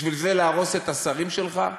בשביל זה להרוס את השרים שלך?